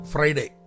Friday